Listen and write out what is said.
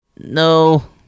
No